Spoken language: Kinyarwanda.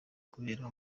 kubera